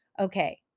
okay